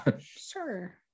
Sure